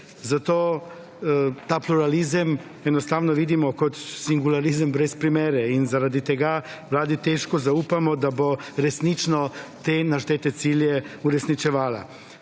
Zato ta pluralizem enostavno vidimo kot singularizem brez primere. In zaradi tega vladi težko zaupamo, da bo resnično te naštete cilje uresničevala.